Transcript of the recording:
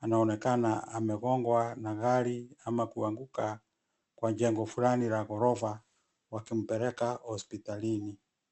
anaonekana amegongwa na gari ama kuanguka kwa jengo fulani la ghorofa wakimpeleka hosipitalini.